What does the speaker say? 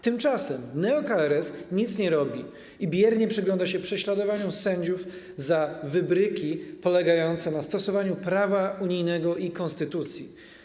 Tymczasem neo-KRS nic nie robi i biernie przygląda się prześladowaniom sędziów za wybryki polegające na stosowaniu prawa unijnego i konstytucji.